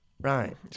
right